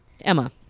emma